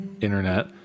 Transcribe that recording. internet